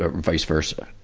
ah and vice versa?